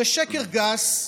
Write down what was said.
זה שקר גס,